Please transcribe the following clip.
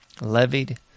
levied